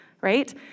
right